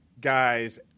Guys